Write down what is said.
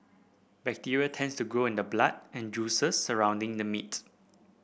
bacteria tends to grow in the blood and juices surrounding the meat